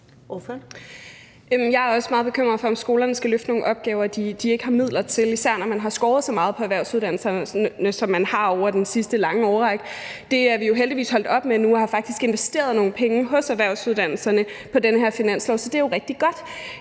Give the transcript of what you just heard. Jeg er også meget bekymret for, om skolerne skal løfte nogle opgaver, de ikke har midler til at løfte, især når man har skåret så meget på erhvervsuddannelserne, som man har over den sidste lange årrække. Det er vi jo heldigvis holdt op med nu. Vi har faktisk investeret nogle penge i erhvervsuddannelserne på den her finanslov, så det er jo rigtig godt.